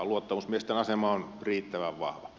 luottamusmiesten asema on riittävän vahva